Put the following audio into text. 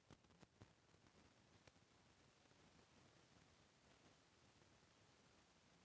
कृषि लोन बर मैं ऑनलाइन अऊ ऑफलाइन आवेदन कइसे कर सकथव?